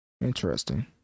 interesting